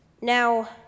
Now